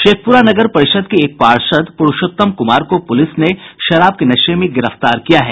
शेखपुरा नगर परिषद् के एक पार्षद पुरूषोत्तम कुमार को पुलिस ने शराब के नशे में गिरफ्तार किया है